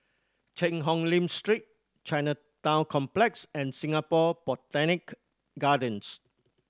Cheang Hong Lim Street Chinatown Complex and Singapore Botanic Gardens